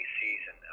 season